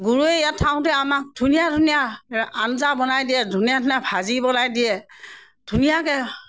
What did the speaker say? গুৰুৱে ইয়াত থাকোঁতে আমাক ধুনীয়া ধুনীয়া আঞ্জা বনাই দিয়ে ধুনীয়া ধুনীয়া ভাজি বনাই দিয়ে ধুনীয়াকৈ